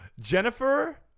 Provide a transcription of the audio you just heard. Jennifer